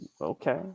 okay